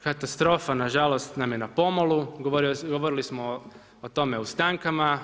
Katastrofa na žalost nam je na pomolu, govorili smo o tome u stankama.